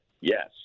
yes